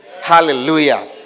Hallelujah